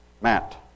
Matt